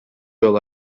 yol